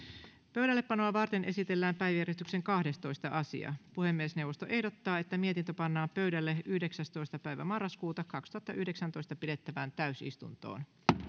pöydällepanoa varten esitellään päiväjärjestyksen kahdestoista asia puhemiesneuvosto ehdottaa että mietintö pannaan pöydälle yhdeksästoista yhdettätoista kaksituhattayhdeksäntoista pidettävään täysistuntoon